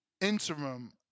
interim